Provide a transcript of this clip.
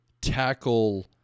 tackle